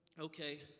okay